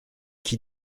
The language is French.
qui